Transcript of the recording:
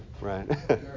Right